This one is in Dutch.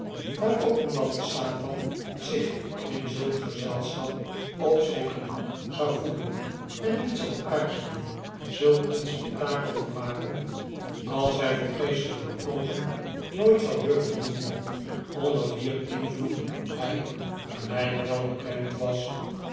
maar ook omdat de satan zich in zulk gezelschap op zyn gemak zou voelen en niet zou aarzelen zulk een spectakel te maken als hy voor geestelyke oogen nooit zou durven doen onder wier invloed hy gelyk welbekend was